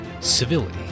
civility